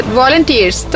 volunteers